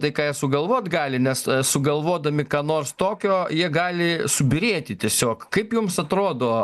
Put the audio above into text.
tai ką jie sugalvoti gali nes sugalvodami ką nors tokio jie gali subyrėti tiesiog kaip jums atrodo